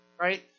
Right